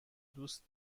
دوست